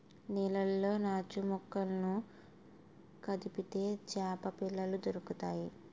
నీళ్లలో నాచుమొక్కలను కదిపితే చేపపిల్లలు దొరుకుతాయి